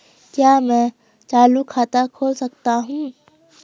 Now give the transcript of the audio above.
क्या मैं चालू खाता खोल सकता हूँ?